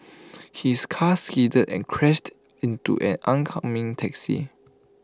his car skidded and crashed into an oncoming taxi